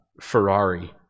Ferrari